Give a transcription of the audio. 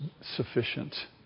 sufficient